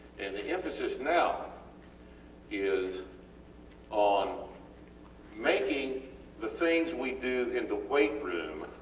and the emphasis now is on making the things we do in the weight room